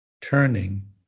turning